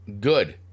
good